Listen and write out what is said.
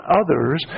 others